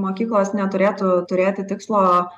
mokyklos neturėtų turėti tikslo